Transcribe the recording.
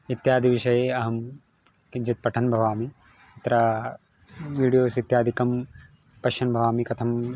इत्यादिविषये अहं किञ्चित् पठन् भवामि अत्र वीडियोस् इत्यादिकं पश्यन् भवामि कथं